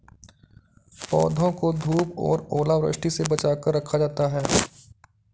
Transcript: पौधों को धूप और ओलावृष्टि से बचा कर रखा जाता है